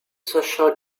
sachant